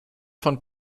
von